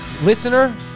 listener